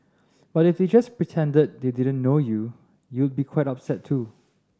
but if they just pretended they didn't know you you'd be quite upset too